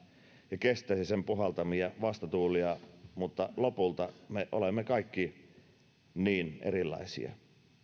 ja kestäisi sen puhaltamia vastatuulia mutta lopulta me olemme kaikki niin erilaisia